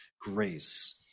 grace